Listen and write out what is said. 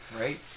Right